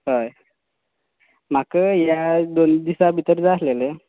हय म्हाका ह्या दोन दिसा भितर जाय आसलेले